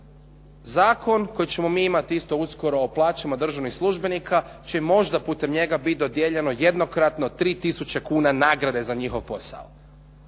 Zakon koji ćemo mi imati isto uskoro o plaćama državnim službenika će im možda putem njega biti dodijeljeno jednokratno 3000 kuna nagrade za njihov posao.